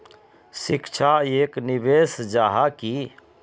शिक्षा एक निवेश जाहा की?